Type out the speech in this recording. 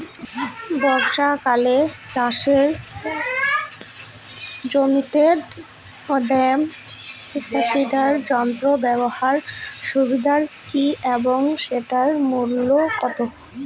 বর্ষাকালে চাষের জমিতে ড্রাম সিডার যন্ত্র ব্যবহারের সুবিধা কী এবং সেটির মূল্য কত?